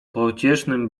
pociesznym